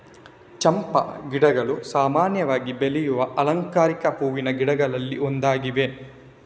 ಚಂಪಾ ಗಿಡಗಳು ಸಾಮಾನ್ಯವಾಗಿ ಬೆಳೆಯುವ ಅಲಂಕಾರಿಕ ಹೂವಿನ ಗಿಡಗಳಲ್ಲಿ ಒಂದಾಗಿವೆ